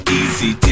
easy